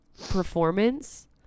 performance